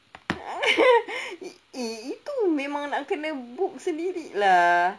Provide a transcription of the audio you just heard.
!ee! itu memang nak kena book sendiri lah